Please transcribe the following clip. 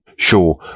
Sure